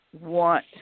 Want